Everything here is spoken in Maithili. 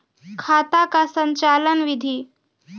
खाता का संचालन बिधि?